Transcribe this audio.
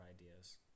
ideas